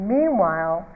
Meanwhile